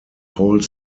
pole